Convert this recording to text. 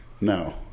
No